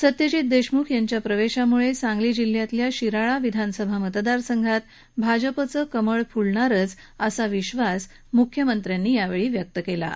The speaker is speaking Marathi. सत्यजीत देशमुख यांच्या प्रवेशामुळे सांगली जिल्ह्यातल्या शिराळा विधानसभा मतदारसंघात भाजपचं कमळ फुलणारच असा विक्वास यांनी व्यक्त केला आहे